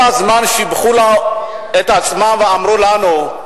כל הזמן הם שיבחו את עצמם ואמרו לנו: